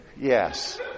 Yes